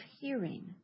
hearing